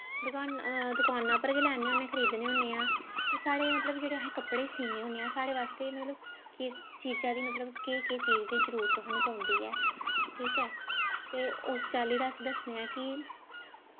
दकाना परा गै लेआन्ने होन्ने खरीदने होन्ने आं कि साढ़े मतलब जेह्ड़े अस कपड़े सीन्ने होन्ने आं साढ़े बास्तै केह् चीज़ै दी मतलब केह् केह् चीज दी जरूरत सानूं पौंदी ऐ ठीक ऐ ते उस चाल्ली दा अस दस्सने आं कि